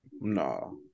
No